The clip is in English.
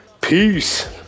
Peace